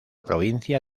provincia